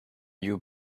you